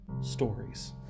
stories